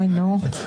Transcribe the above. הצבעה לא אושרו.